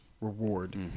reward